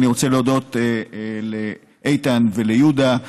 אני רוצה להודות לאיתן וליהודה,